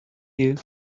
you